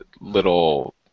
little